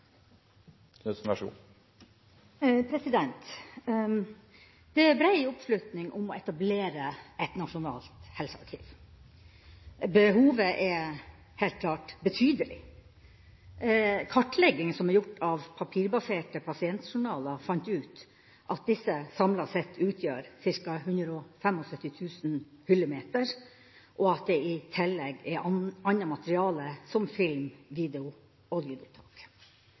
Knutsen får ordet på vegne av sakens ordfører, Audun Lysbakken, som er opptatt på annet hold. Det er brei oppslutning om å etablere et nasjonalt helsearkiv. Behovet er helt klart betydelig. Kartlegginga som er gjort av papirbaserte pasientjournaler, viste at disse samlet sett utgjør ca. 175 000 hyllemeter, i tillegg til annet materiale som film, video